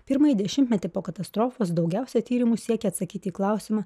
pirmąjį dešimtmetį po katastrofos daugiausia tyrimus siekia atsakyti į klausimą